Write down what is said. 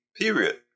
Period